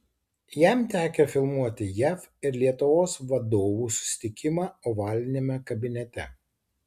jam tekę filmuoti jav ir lietuvos vadovų susitikimą ovaliniame kabinete